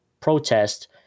protest